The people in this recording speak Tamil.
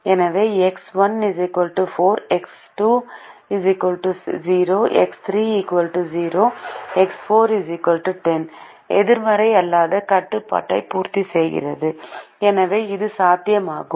எனவே எக்ஸ் 1 4 எக்ஸ் 2 0 எக்ஸ் 3 0 எக்ஸ் 4 10 எதிர்மறை அல்லாத கட்டுப்பாட்டை பூர்த்தி செய்கிறது எனவே இது சாத்தியமாகும்